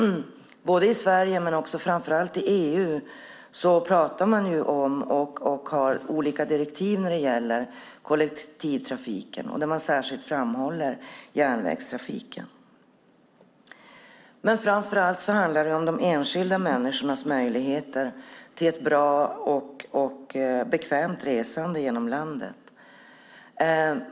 I Sverige och framför allt i EU pratar man om kollektivtrafiken och har olika direktiv när det gäller denna. Där framhåller man särskilt järnvägstrafiken. Men framför allt handlar det om de enskilda människornas möjligheter till ett bra och bekvämt resande genom landet.